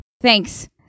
thanks